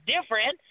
different